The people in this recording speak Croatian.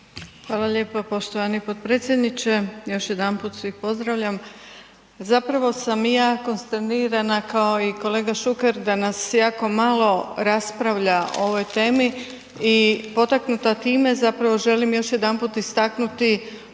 Hvala lijepo poštovani potpredsjedniče. Još jedanput svih pozdravlja. Zapravo sam i ja konsternirana kao i kolega Šuker da nas jako malo raspravlja o ovoj temi i potaknuta time zapravo želim još jedanput istaknuti